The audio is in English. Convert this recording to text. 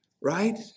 Right